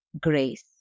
grace